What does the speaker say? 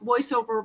voiceover